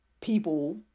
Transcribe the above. people